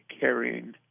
carrying